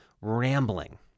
rambling